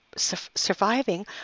surviving